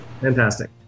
Fantastic